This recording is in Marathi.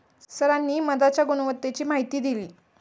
सरांनी मधाच्या गुणवत्तेची माहिती दिली